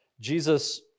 Jesus